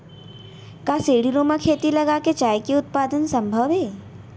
का सीढ़ीनुमा खेती लगा के चाय के उत्पादन सम्भव हे?